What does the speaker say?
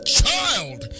child